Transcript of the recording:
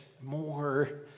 more